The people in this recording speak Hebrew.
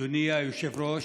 אדוני היושב-ראש,